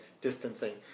distancing